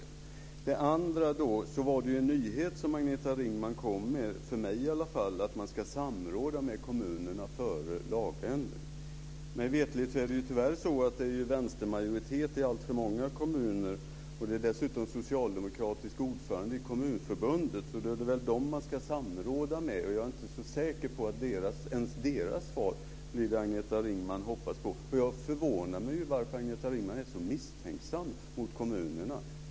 För det andra var det en nyhet, för mig i alla fall, som Agnets Ringman kom med, detta att man ska samråda med kommunerna före lagändring. Mig veterligt är det tyvärr så att det är vänstermajoritet i alltför många kommuner. Det är dessutom en socialdemokratisk ordförande i Kommunförbundet. Då är det väl dem man ska samråda med. Jag är inte så säker på att ens deras svar blir det som Agneta Ringman hoppas på. Det förvånar mig att Agneta Ringman är så misstänksam mot kommunerna.